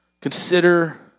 Consider